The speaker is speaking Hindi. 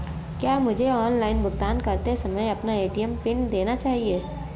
क्या मुझे ऑनलाइन भुगतान करते समय अपना ए.टी.एम पिन देना चाहिए?